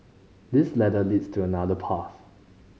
this ladder leads to another path